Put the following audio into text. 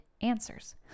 answers